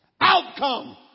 Outcome